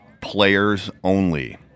players-only